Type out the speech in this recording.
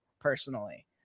personally